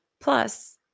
Plus